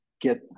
get